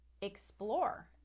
explore